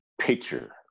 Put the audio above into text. picture